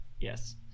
Yes